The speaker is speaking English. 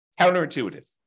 Counterintuitive